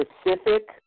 specific